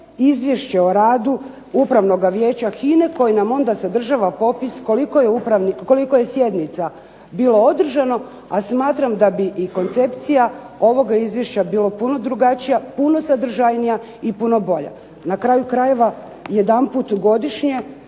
Izvješće o radu Upravnoga vijeća HINA-e koji nam onda sadržava popis koliko je sjednica bilo održano, a smatram da bi i koncpecija ovoga izvješća bila puno drugačija, puno sadržajnija i puno bolja. Na kraju krajeva, jedanput godišnje